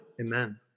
Amen